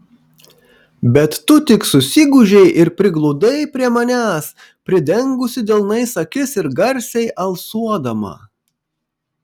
bet tu tik susigūžei ir prigludai prie manęs pridengusi delnais akis ir garsiai alsuodama